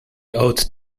ought